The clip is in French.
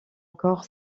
encore